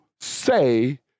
say